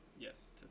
yes